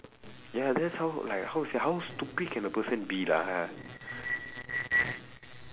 ya that's how like how sia how stupid can a person be lah !hais!